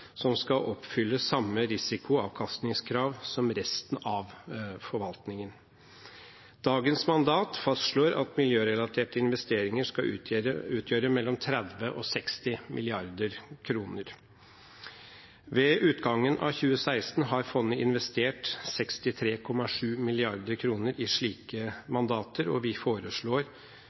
som skal oppfylle samme risikoavkastningskrav som resten av forvaltningen. Dagens mandat fastslår at miljørelaterte investeringer skal utgjøre mellom 30 og 60 mrd. kr. Ved utgangen av 2016 har fondet investert 63,7 mrd. kr i slike mandater. Vi foreslår